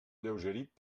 alleugerit